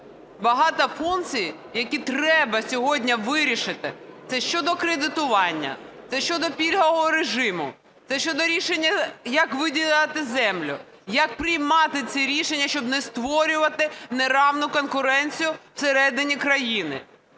багато функцій, які треба сьогодні вирішити, це щодо кредитування, це щодо пільгового режиму, це щодо рішення як виділяти землю, як приймати ці рішення, щоб не створювати нерівну конкуренцію всередині країни,